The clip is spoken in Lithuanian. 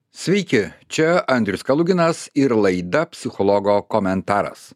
sveiki čia andrius kaluginas ir laida psichologo komentaras